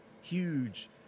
huge